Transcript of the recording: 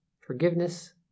forgiveness